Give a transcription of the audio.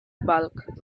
bulk